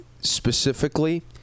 specifically